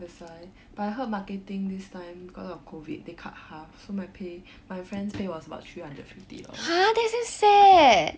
ya that's why but I heard marketing this time got a lot of COVID they cut half so my pay my friends pay was about three hundred and fifty dollars